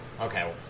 Okay